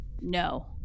no